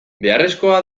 beharrezkoa